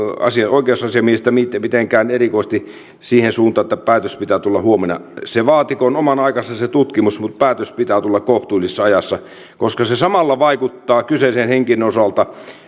oikeusasiamiestä mitenkään erikoisesti siihen suuntaan että päätöksen pitää tulla huomenna se tutkimus vaatikoon oman aikansa mutta päätöksen pitää tulla kohtuullisessa ajassa koska se se samalla vaikuttaa kyseisen henkilön osalta